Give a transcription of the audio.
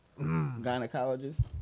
Gynecologist